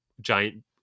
giant